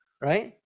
right